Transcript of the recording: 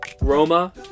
Roma